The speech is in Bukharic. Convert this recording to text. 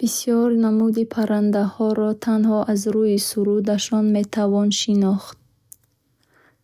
Бисёр намудҳои паррандаҳоро танҳо аз рӯи сурудашон метавон шинохт.